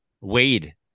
Wade